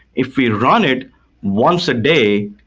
if we run it once a day,